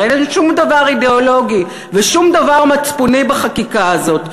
הרי אין שום דבר אידיאולוגי ושום דבר מצפוני בחקיקה הזאת,